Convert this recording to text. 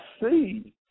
see